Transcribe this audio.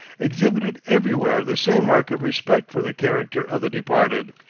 exhibited everywhere the same mark of respect for the character of the departed.